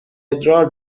ادرار